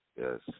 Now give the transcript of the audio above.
yes